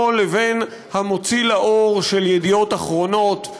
לבין המוציא לאור של ידיעות אחרונות,